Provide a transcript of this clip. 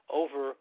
over